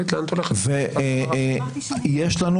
יש לנו